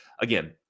again